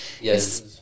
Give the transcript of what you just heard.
Yes